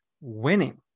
winning